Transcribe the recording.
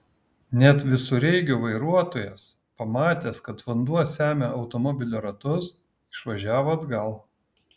net visureigio vairuotojas pamatęs kad vanduo semia automobilio ratus išvažiavo atgal